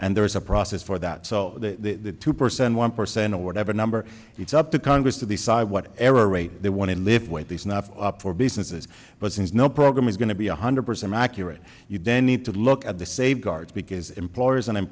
and there is a process for that so the two percent one percent or whatever number it's up to congress to decide what error rate they want to live with these enough for businesses but since no program is going to be one hundred percent accurate you then need to look at the saved cards because employers and